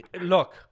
look